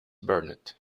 burnet